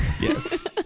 Yes